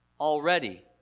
already